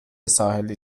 ساحلی